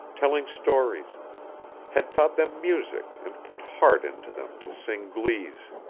telling stories had taught them music and put heart into them to sing glees,